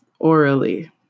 orally